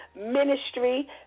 ministry